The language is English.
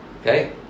okay